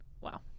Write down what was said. Wow